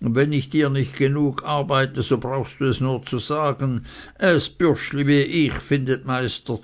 und wenn ich dir nicht genug arbeite so brauchst du es nur zu sagen es bürschli wie ich findet meister